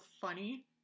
funny